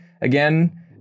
again